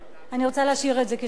אני רוצה להשאיר את זה כשאלה פתוחה.